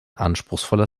anspruchsvoller